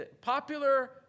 Popular